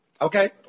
Okay